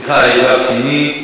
סליחה, יש דף שני,